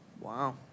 Wow